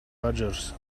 badgers